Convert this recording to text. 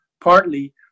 partly